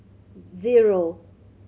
zero